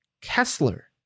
Kessler